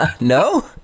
no